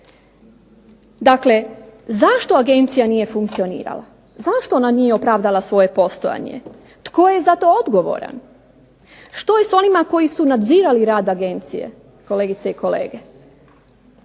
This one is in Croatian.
Dakle zašto agencija nije funkcionirala? Zašto ona nije opravdala svoje postojanje? Tko je za to odgovoran? Što je s onima koji su nadzirali rad agencije, kolegice i kolege?